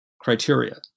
criteria